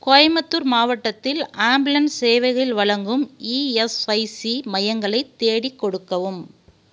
கோயம்பத்தூர் மாவட்டத்தில் ஆம்புலன்ஸ் சேவைகள் வழங்கும் இஎஸ்ஐசி மையங்களைத் தேடிக் கொடுக்கவும்